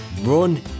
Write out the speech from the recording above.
run